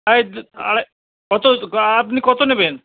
আরে কত তো আপনি কত নেবেন